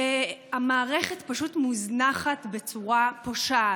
והמערכת פשוט מוזנחת בצורה פושעת.